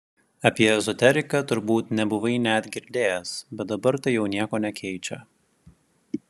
apie ezoteriką turbūt nebuvai net girdėjęs bet dabar tai jau nieko nekeičia